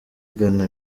igana